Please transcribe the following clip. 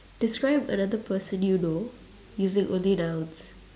describe another person you know using only nouns